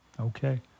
Okay